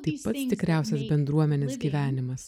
tai pats tikriausias bendruomenės gyvenimas